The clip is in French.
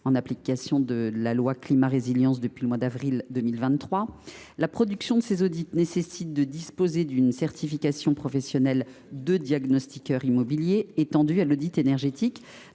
en application de la loi Climat et Résilience, au mois d’avril 2023. Pour produire ces audits, il faut disposer d’une certification professionnelle de diagnostiqueur immobilier étendue à l’audit énergétique,